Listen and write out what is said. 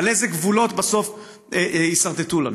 על איזה גבולות בסוף יסרטטו לנו,